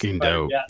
dope